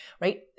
right